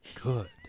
good